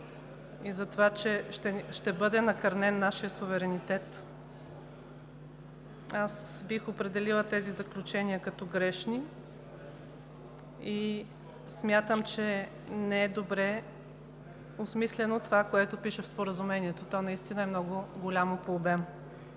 и за това, че ще бъде накърнен нашият суверенитет. Аз бих определила тези заключения като грешни и смятам, че не е добре осмислено това, което пише в Споразумението, то наистина е много голямо по обем.